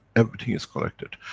everything is connected,